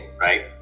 right